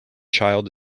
child